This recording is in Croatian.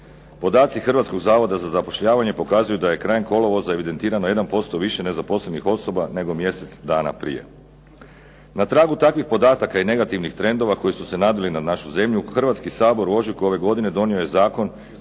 Podaci Hrvatskog zavoda za zapošljavanje pokazuju da je krajem kolovoza evidentirano 1% više nezaposlenih osoba nego mjesec dana prije. Na tragu takvih podataka i negativnih trendova koji su se nadvili nad našu zemlju Hrvatski sabor u ožujku ove godine donio je zakon